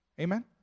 Amen